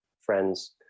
friends